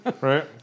right